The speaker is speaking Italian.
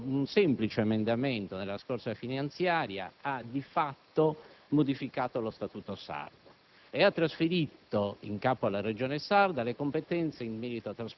Tragicamente, un semplice emendamento nella scorsa finanziaria ha, di fatto, modificato lo Statuto,